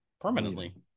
permanently